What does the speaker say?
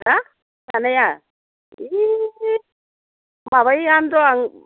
हा जानाया होइ माबायोआनो दं